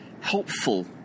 helpful